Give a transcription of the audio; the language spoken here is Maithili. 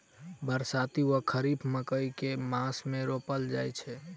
बरसाती वा खरीफ मकई केँ मास मे रोपल जाय छैय?